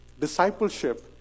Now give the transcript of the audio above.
discipleship